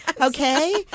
okay